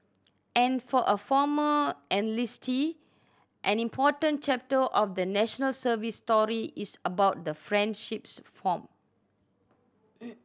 and for a former enlistee an important chapter of the National Service story is about the friendships formed